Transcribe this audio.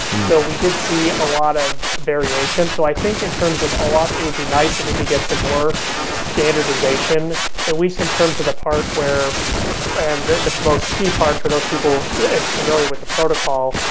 so we did see a lot of variations. so i think in terms of oauth, it would be nice if we could get some more standardization at least in terms of the part where and the the most key part for those people familiar with the protocol,